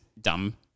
dumb